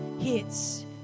hits